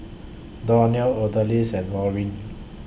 Donell Odalys and Laureen